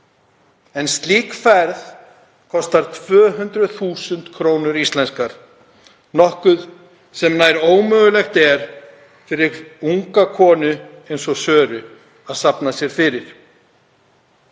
en slík ferð kostar 200.000 kr. íslenskar, nokkuð sem er nær ómögulegt fyrir unga konu eins og Söru að safna sér fyrir.